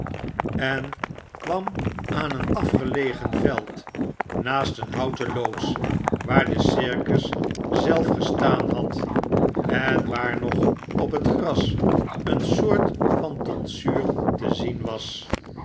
en kwam aan een afgelegen veld naast een houten loods waar de circus zelf gestaan had en waar nog op het gras een soort van tonsuur te zien was